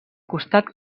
costat